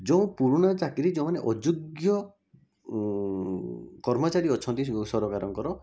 ଯେଉଁ ପୁରୁଣା ଚାକିରି ଯଉଁମାନେ ଅଯୋଗ୍ୟ କର୍ମଚାରୀ ଅଛନ୍ତି ସରକାରଙ୍କର